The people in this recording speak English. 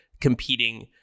competing